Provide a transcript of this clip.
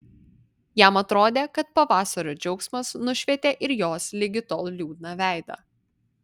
jam atrodė kad pavasario džiaugsmas nušvietė ir jos ligi tol liūdną veidą